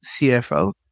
CFO